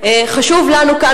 חשוב לנו כאן,